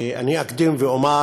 אקדים ואומר